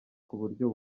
kuburyo